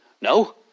no